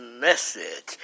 message